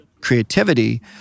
creativity